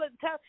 tell